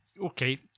Okay